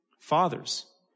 Fathers